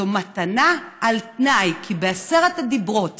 זו מתנה על תנאי, כי בעשרת הדיברות